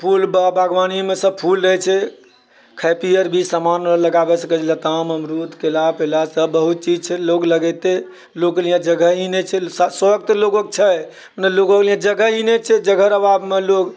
फूल बागवानीमे सभ फूल रहैत छै खेतिहर भी सामान लगाबै सकैए आम अमरुद केला तेला बहुत चीज छै लोक लगैतै लोक लिअऽ जगह ही नहि छै शौक तऽ लोककेँ छै लोककेँ लिअऽ जगह ही नहि छै जगहके अभावमे लोक